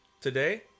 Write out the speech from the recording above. Today